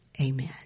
Amen